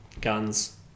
guns